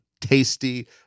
tasty